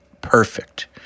perfect